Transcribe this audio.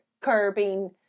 curbing